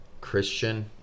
Christian